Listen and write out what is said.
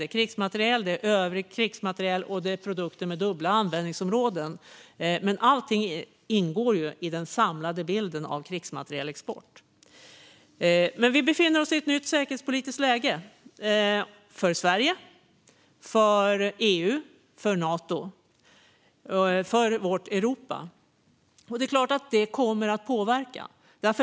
Det är krigsmateriel, det är övrig krigsmateriel och det är produkter med dubbla användningsområden. Allting ingår dock i den samlade bilden av krigsmaterielexporten. Vi befinner oss i ett nytt säkerhetspolitiskt läge - för Sverige, för EU, för Nato och för vårt Europa. Det är klart att det kommer att påverka.